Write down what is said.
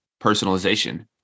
personalization